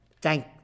thank